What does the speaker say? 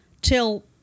till